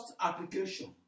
application